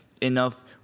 enough